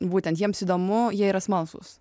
būtent jiems įdomu jie yra smalsūs